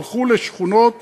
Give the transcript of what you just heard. הלכו לשכונות